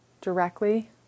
directly